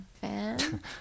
fan